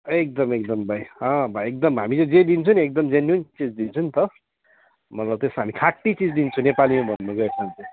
एकदम एकदम भाइ अँ भाइ एकदम हामी चाहिँ जे दिन्छ नि एकदमै जेन्युन चिज दिन्छौँ नि त मतलब त्यस्तो हामी खाँटी चिज दिन्छु नेपाली हो भनेर चाहिँ एकदम